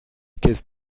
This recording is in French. caisse